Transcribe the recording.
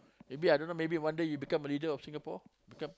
maybe I don't know maybe one day you become a leader of Singapore